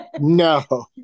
No